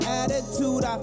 attitude